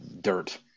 dirt